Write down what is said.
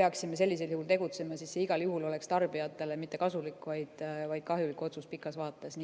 peaksime sellisel juhul tegutsema, siis see igal juhul oleks tarbijatele mitte kasulik, vaid kahjulik otsus pikas vaates.